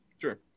sure